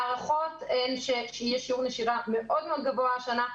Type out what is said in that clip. ההערכות הן שיש שיעור נשירה מאוד מאוד גבוה השנה,